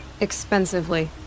Expensively